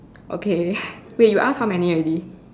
okay wait you ask how many already